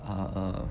err